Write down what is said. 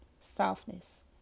Softness